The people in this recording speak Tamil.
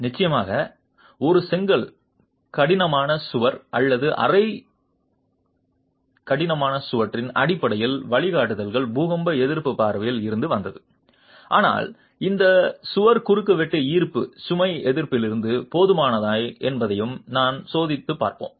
நிச்சயமாக ஒரு செங்கல் தடிமனான சுவர் அல்லது அரை தடிமனான சுவரின் அடிப்படையில் வழிகாட்டுதல் பூகம்ப எதிர்ப்பு பார்வையில் இருந்து வந்தது ஆனால் அந்த சுவர் குறுக்குவெட்டு ஈர்ப்பு சுமை எதிர்ப்பிலிருந்து போதுமானதா என்பதையும் நாம் சோதித்துப் பார்ப்போம்